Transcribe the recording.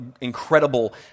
incredible